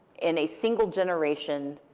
in a single generation,